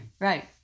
Right